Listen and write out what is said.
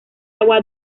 agua